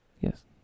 Yes